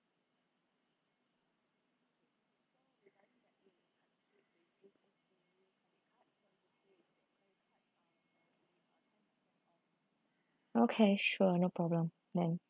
okay sure no problem then